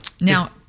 Now